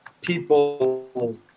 people